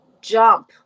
jump